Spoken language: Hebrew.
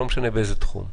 ולא משנה באיזה תחום.